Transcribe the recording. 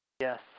Yes